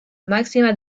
máxima